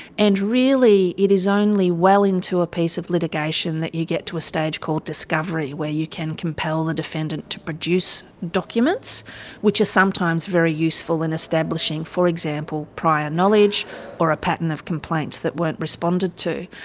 and really it is only well into a piece of litigation that you get to a stage called discovery where you can compel the defendant to produce documents which are sometimes very useful in establishing, for example, prior knowledge or a pattern of complaints that weren't responded to.